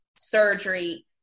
surgery